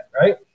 right